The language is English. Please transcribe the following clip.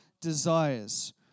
desires